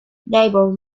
neighbors